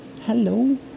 Hello